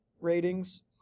ratings